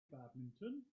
badminton